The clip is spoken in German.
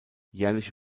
jährlich